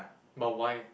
but why